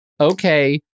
okay